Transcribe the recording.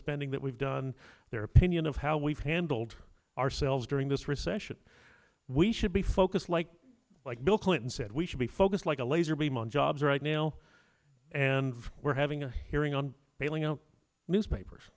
spending that we've done their opinion of how we've handled ourselves during this recession we should be focused like like bill clinton said we should be focused like a laser beam on jobs right now and we're having a hearing on bailing out newspapers